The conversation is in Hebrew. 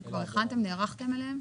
שכבר הכנתם ונערכתם אליהן?